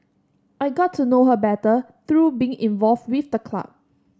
I got to know her better through being involved with the club